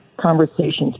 conversations